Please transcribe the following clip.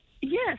Yes